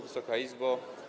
Wysoka Izbo!